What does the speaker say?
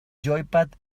joypad